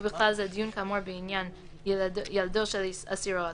ובכלל זה דיון כאמור בעניין ילדו של אסיר או עצור,